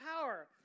power